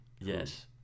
Yes